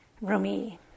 Rumi